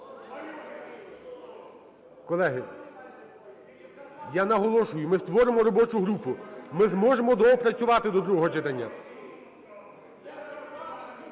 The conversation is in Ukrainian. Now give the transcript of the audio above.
Колеги, я наголошую, ми створимо робочу групу. Ми зможемо доопрацювати до другого читання.